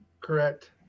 Correct